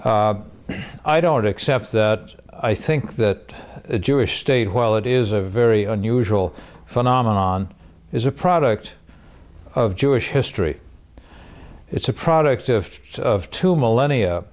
i don't accept that i think that the jewish state while it is a very unusual phenomenon is a product of jewish history it's a product if just of two millennia